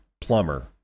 plumber